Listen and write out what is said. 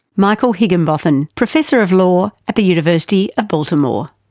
michael higginbotham, professor of law at the university of baltimore.